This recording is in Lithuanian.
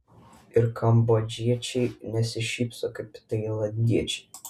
ir kambodžiečiai nesišypso kaip tailandiečiai